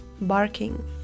barking